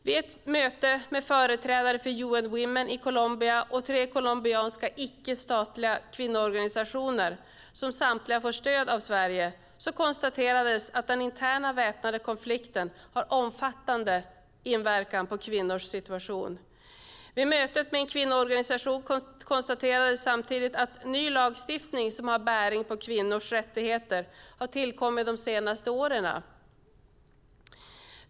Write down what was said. Vid ett möte med företrädare för UN Women i Colombia och tre colombianska icke-statliga kvinnoorganisationer, som samtliga får stöd från Sverige, konstaterades att den interna väpnade konflikten har omfattande inverkan på kvinnors situation. Vid mötet med kvinnoorganisationerna konstaterades samtidigt att ny lagstiftning som har bäring på kvinnors rättigheter har tillkommit de senaste åren.